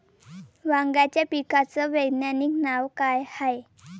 वांग्याच्या पिकाचं वैज्ञानिक नाव का हाये?